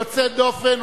יוצא דופן,